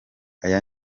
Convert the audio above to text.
aya